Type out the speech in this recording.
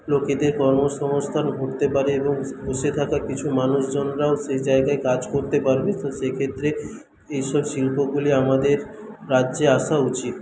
লোকেদের কর্মসংস্থান উঠতে পারে এবং ব বসে থাকা কিছু মানুষজনরাও সে জায়গায় কাজ করতে পারবে তো সে ক্ষেত্রে এসব শিল্পগুলি আমাদের রাজ্যে আসা উচিৎ